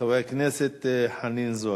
חברת הכנסת חנין זועבי.